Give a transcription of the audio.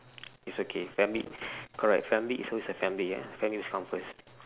it's okay family correct family is always a family yeah family always comes first